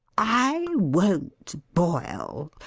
i won't boil.